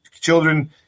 children